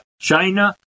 China